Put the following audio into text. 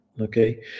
Okay